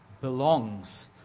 belongs